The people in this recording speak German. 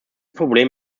problem